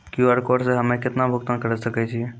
QR code से हम्मय केतना भुगतान करे सके छियै?